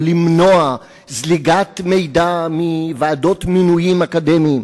למנוע זליגת מידע מוועדות מינויים אקדמיים,